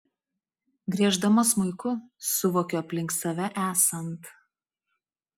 grieždama smuiku suvokiu aplink save esant